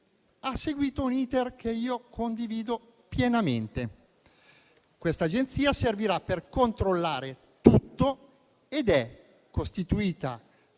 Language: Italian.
C'è stato un *iter* che io condivido pienamente. Questa agenzia servirà per controllare tutto ed è costituita